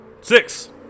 Six